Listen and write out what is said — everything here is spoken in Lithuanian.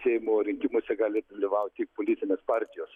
seimo rinkimuose gali dalyvaut tik politinės partijos